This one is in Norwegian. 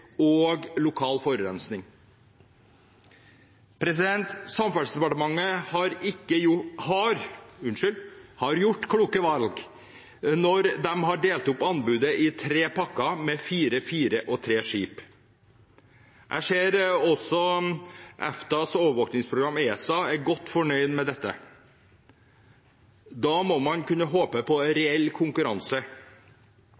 har gjort kloke valg når de har delt opp anbudet i tre pakker – med fire, fire og tre skip. Jeg ser også at EFTAs overvåkingsorgan ESA er godt fornøyd med dette. Da må man kunne håpe på